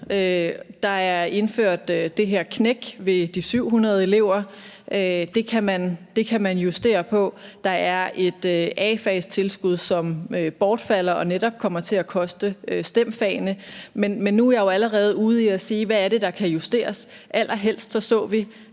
Der er indført det her knæk ved de 700 elever. Det kan man justere på. Der er et A-fagstilskud, som bortfalder og netop kommer til at koste STEM-fagene. Men nu er jeg jo allerede ude i at sige, hvad det er, der kan justeres. Allerhelst så vi,